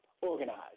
organized